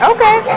Okay